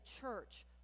church